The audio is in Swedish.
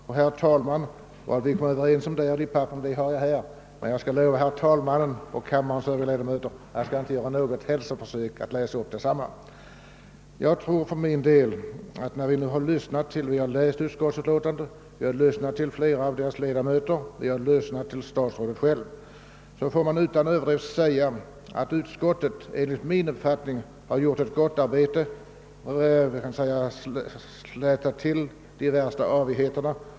Vad vi därvid kom fram till är nedskrivet på ett papper, som jag har i min hand, men jag lovar herr talmannen och kammarens övriga ledamöter att jag inte skall läsa upp vad som står där. Efter att ha läst utlåtandet, lyssnat till flera av kammarens ledamöter och även hört statsrådet själv får jag säga att utskottet enligt min mening utan överdrift gjort ett gott arbete och även har slipat av de värsta kantigheterna.